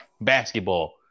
basketball